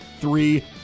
Three